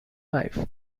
wife